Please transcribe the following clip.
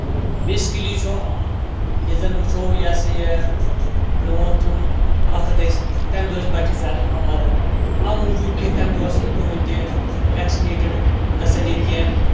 basically چھ یہِ زَن وُچھو یہِ ہسا یہِ برونٹھِم وقت ٲسۍ تَمہِ دۄہ ٲسۍ تَمہِ دۄہ ٲسۍ بَچہٕ زیادٕ پَہم مَران امہِ موٗجوب کہِ تمہِ دوہ اوس نہٕ کٕہٕنۍ تہِ ویٚکسِنیٹڈ گژھان ییٚتہِ کیٚنٛہہ